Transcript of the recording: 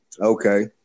Okay